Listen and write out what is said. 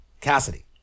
Cassidy